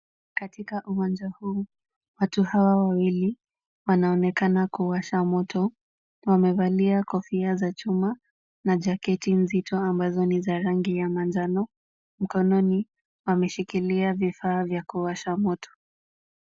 Katika uwanja huu, watu hawa wawili, wanaonekana kuwasha moto. Wamevalia kofia za chuma na jaketi nzito ambazo ni za rangi ya manjano. Mkononi ameshikilia vifaa vya kuwasha moto.